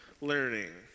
learning